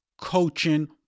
Coaching